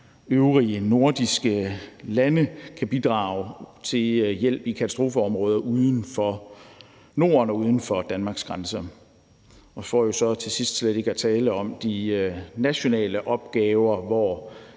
øvrige nordiske lande kan bidrage til hjælp i katastrofeområder uden for Norden og uden for Danmarks grænser, for slet ikke at tale om de nationale opgaver, hvor